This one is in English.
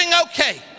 okay